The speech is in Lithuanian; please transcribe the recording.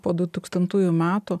po du tūkstantųjų metų